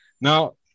Now